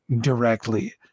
directly